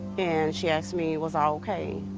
and she asked me was i ok.